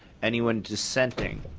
anyone dissenting?